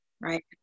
right